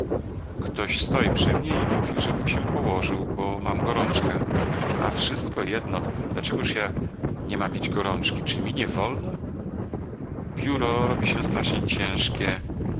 ktoś stoi przy mnie i mówi żebym się położył bo mam gorączkę a wszystko jedno dlaczegóż ja nie mam mieć gorączki czy mi nie wolno pióro robi się strasznie ciężkie